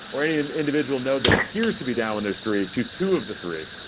or any individual node that appears to be down when there's three to two of the three,